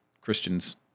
Christians